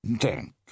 Thank